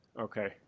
Okay